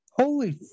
holy